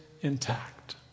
intact